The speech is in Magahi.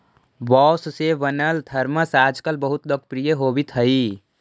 बाँस से बनल थरमस आजकल बहुत लोकप्रिय होवित हई